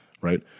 Right